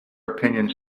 opinions